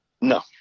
No